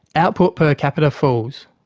output per capita falls.